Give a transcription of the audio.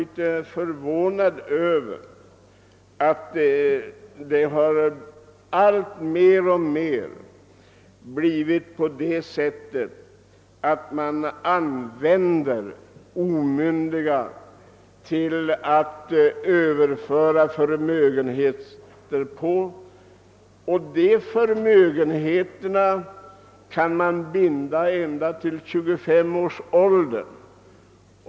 Det har blivit alltmer vanligt att överföra förmögenheterna på omyndiga. De förmögenheterna kan bindas ända tills ägaren uppnår 25 års ålder.